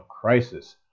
crisis